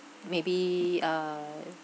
maybe uh